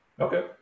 Okay